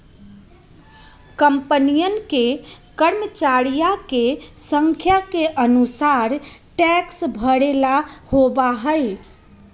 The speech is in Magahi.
कंपनियन के कर्मचरिया के संख्या के अनुसार टैक्स भरे ला होबा हई